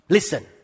Listen